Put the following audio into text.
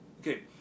okay